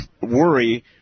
worry